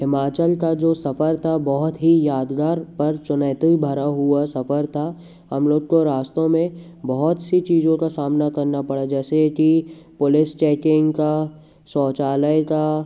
हिमाचल का जो सफर था बहुत ही यादगार पर चुनौतियाँ भरा हुआ सफर था हम लोग को रास्तों में बहुत सी चीज़ों का सामना करना पड़ा जैसे कि पुलिस चेकिंग का शौचालय का